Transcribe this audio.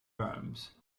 arms